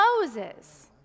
Moses